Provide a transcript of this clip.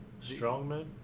Strongman